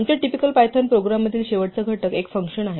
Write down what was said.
आमच्या typical Python प्रोग्राममधील शेवटचा घटक एक फंक्शन आहे